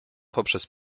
poprzez